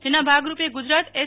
જેના ભાગરૂપે ગુજરાત એસ